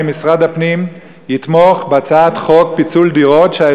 האם משרד הפנים יתמוך בהצעת חוק פיצול דירות שלפיה